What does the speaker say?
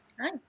Hi